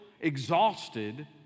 exhausted